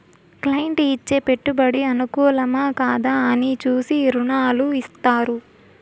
client ఇచ్చే పెట్టుబడి అనుకూలమా, కాదా అని చూసి రుణాలు ఇత్తారు